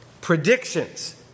predictions